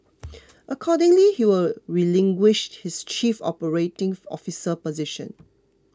accordingly he will relinquish his chief operating officer position